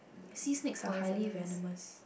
sea snakes are highly venomous